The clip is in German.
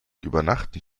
übernachten